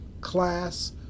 class